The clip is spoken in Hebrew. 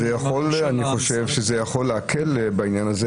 אני חושב שזה יכול להקל בעניין הזה,